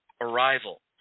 Arrival